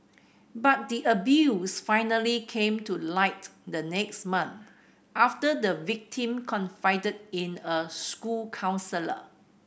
but the abuse finally came to light the next month after the victim confided in a school counsellor